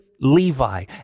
Levi